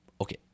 okay